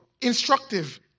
instructive